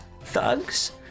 thugs